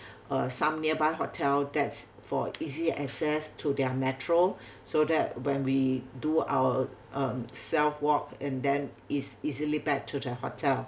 uh some nearby hotel that's for easy access to their metro so that when we do our uh self walk and then is easily back to the hotel